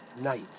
night